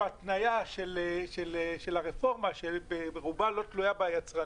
התניה של הרפורמה שברובה לא תלויה ביצרנים,